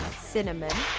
cinnamon,